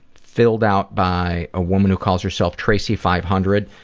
filled out by a woman who calls herself tracy five hundred.